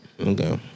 Okay